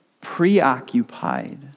preoccupied